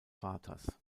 vaters